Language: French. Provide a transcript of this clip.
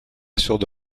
sourde